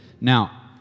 Now